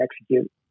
execute